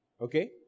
Okay